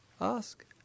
Ask